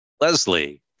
Leslie